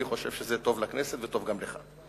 אני חושב שזה טוב לכנסת וטוב גם לך.